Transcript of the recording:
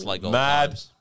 Mad